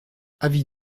avis